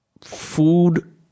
food